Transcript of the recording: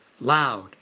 Loud